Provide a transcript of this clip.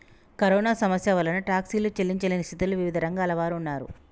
corona సమస్య వలన టాక్సీలు చెల్లించలేని స్థితిలో వివిధ రంగాల వారు ఉన్నారు